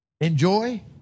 enjoy